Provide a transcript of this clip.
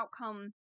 outcome